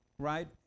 Right